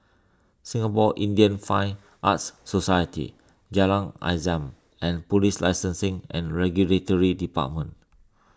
Singapore Indian Fine Arts Society Jalan Azam and Police Licensing and Regulatory Department